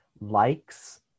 likes